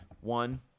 one